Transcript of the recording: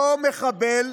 אותו מחבל,